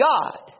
God